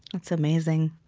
that's amazing.